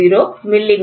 030 மி